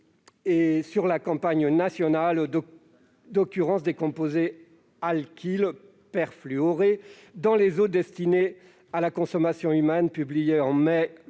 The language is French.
à la campagne nationale d'occurrence des composés alkyles perfluorés dans les eaux destinées à la consommation humaine, document publié en mai 2011.